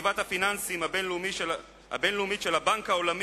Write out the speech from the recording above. חטיבת הפיננסים הבין-לאומית של הבנק העולמי,